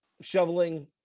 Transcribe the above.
shoveling